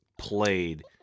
played